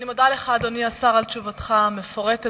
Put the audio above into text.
אני מודה לך, אדוני השר, על תשובתך המפורטת.